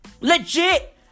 Legit